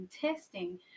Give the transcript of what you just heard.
testing